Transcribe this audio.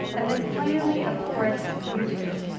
and then finally of course youtube,